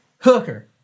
Hooker